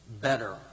better